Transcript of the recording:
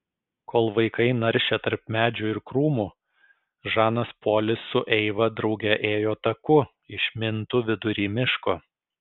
kol vaikai naršė tarp medžių ir krūmų žanas polis su eiva drauge ėjo taku išmintu vidury miško